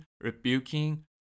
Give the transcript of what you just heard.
rebuking